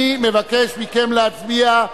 אני מבקש מכם להצביע.